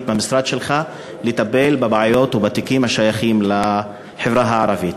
במשרד שלך לטפל בבעיות ובתיקים השייכים לחברה הערבית,